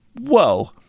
Whoa